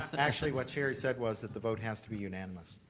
actually what cherry said was that the vote has to be unanimous. oh,